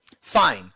Fine